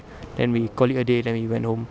then we call it a day then we went home